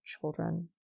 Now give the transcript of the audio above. children